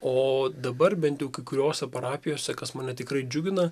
o dabar bent jau kai kuriose parapijose kas mane tikrai džiugina